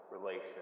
relations